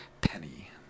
Penny